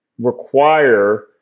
require